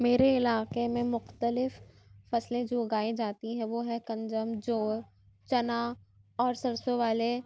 میرے علاقے میں مختلف فصلیں جو اگائی جاتی ہیں وہ ہیں گندم جَو چنا اور سرسوں والے